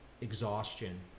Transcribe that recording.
exhaustion